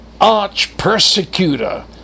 arch-persecutor